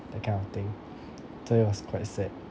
that kind of thing so it was quite sad